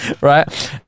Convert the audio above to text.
Right